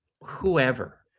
whoever